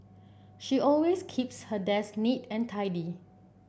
she always keeps her desk neat and tidy